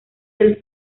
del